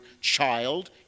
child